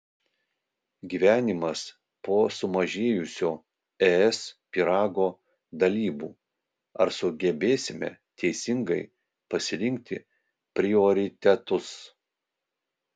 gyvenimas po sumažėjusio es pyrago dalybų ar sugebėsime teisingai pasirinkti prioritetus